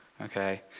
Okay